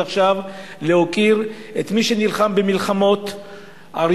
עכשיו להוקיר את מי שנלחם במלחמות העולם,